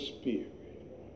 spirit